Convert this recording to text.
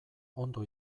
ondo